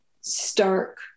stark